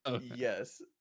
Yes